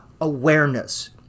awareness